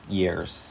years